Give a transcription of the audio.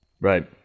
Right